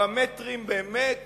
פרמטרים שבאמת